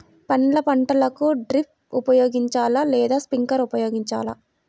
పండ్ల పంటలకు డ్రిప్ ఉపయోగించాలా లేదా స్ప్రింక్లర్ ఉపయోగించాలా?